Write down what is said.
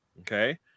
okay